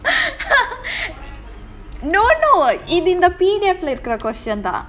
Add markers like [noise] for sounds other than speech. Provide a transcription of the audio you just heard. [laughs] no no it's in the P_D_F நீ கேக்குறியா இல்ல அதுல இருந்துச்சா:nee kekuriyaa illa adhula irunthucha question dah